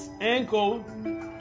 ankle